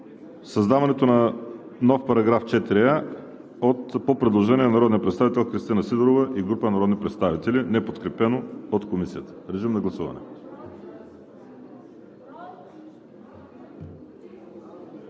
създаването на нов § 4а по предложение на народния представител Кристина Сидорова и група народни представители, неподкрепено от Комисията. Гласували